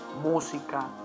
música